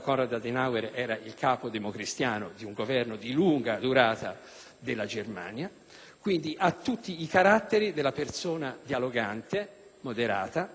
dunque, ha tutti i caratteri della persona dialogante, moderata e tranquilla.